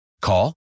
Call